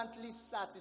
satisfied